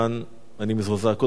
קודם כול זאת ארץ האבות,